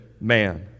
man